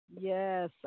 Yes